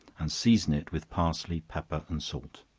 and season it with parsley, pepper, and salt.